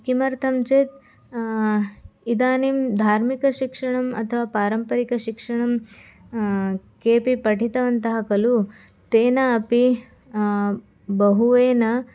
किमर्थं चेत् इदानीं धार्मिकशिक्षणम् अथवा पारम्परिकशिक्षणं केऽपि पठितवन्तः खलु तेन अपि बहुत्वेन